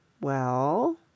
Well